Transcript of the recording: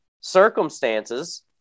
circumstances